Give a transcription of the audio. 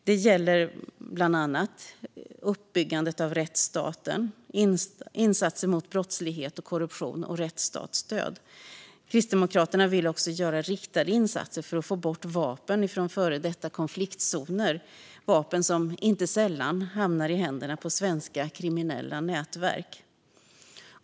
Det gäller bland annat uppbyggande av rättsstaten, insatser mot brottslighet och korruption och rättsstatsstöd. Kristdemokraterna vill också göra riktade insatser för att få bort vapen från före detta konfliktzoner. Detta är vapen som inte sällan hamnar i händerna på svenska kriminella nätverk.